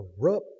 corrupt